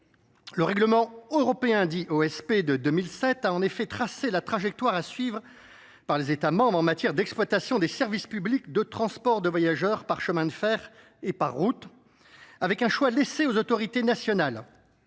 Le règlement européen, dit OSP, de 2007 a en effet tracé la trajectoire à suivre par les États membres en matière d’exploitation des services publics de transport de voyageurs par chemin de fer et par route, avec un choix laissé aux autorités nationales